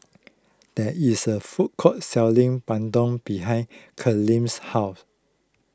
there is a food court selling Bandung behind Camryn's house